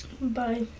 Bye